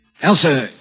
Elsa